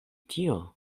tio